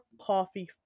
coffee